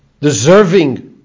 deserving